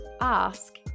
ask